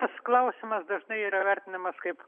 tas klausimas dažnai yra vertinamas kaip